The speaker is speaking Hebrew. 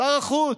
שר החוץ.